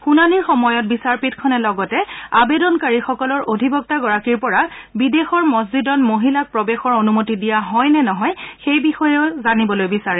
শুনানীৰ সময়ত বিচাৰপীঠখনে লগতে আবেদনকাৰীসকলৰ অধিবক্তাগৰাকীৰ পৰা বিদেশৰ মছজিদত মহিলাক প্ৰৱেশৰ অনুমতি দিয়া হয় নে নহয় সেই বিষয়ে জানিব বিচাৰে